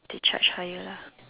they charge higher lah